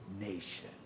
nation